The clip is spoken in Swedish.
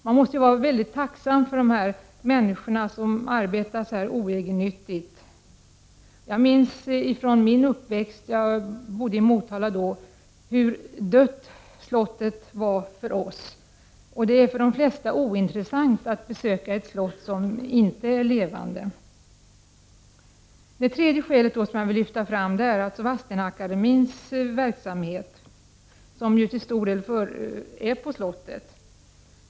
Vi måste vara mycket tacksamma för att dessa människor arbetar så oegennyttigt. Jag minns från min uppväxt — jag bodde i Motala — att slottet verkade som en död byggnad för oss. Det är för de flesta människor ointressant att besöka ett slott utan möbler och verksamhet — ett slott utan liv. Det tredje skälet jag vill lyfta fram är att Vadstena-Akademien till stor del har sin verksamhet på slottet.